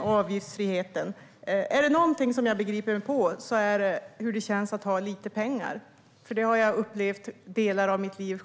avgiftsfriheten. Är det någonting som jag begriper mig på är det hur det känns att ha lite pengar. Det har jag själv upplevt under delar av mitt liv.